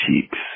cheeks